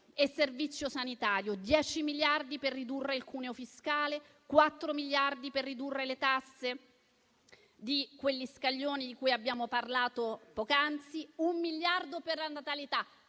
e servizio sanitario: dieci miliardi per ridurre il cuneo fiscale, quattro miliardi per ridurre le tasse di quegli scaglioni di cui abbiamo parlato poc'anzi, un miliardo per la natalità.